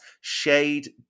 Shade